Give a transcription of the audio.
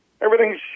Everything's